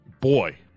boy